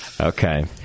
Okay